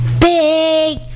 Big